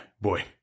boy